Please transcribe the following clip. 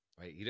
right